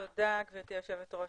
תודה, גברתי היושבת-ראש.